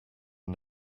are